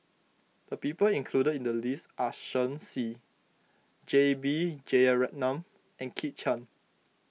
the people included in the list are Shen Xi J B Jeyaretnam and Kit Chan